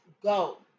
go